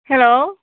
hello